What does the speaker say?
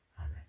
Amen